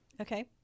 Okay